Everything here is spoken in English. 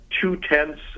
two-tenths